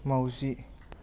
माउजि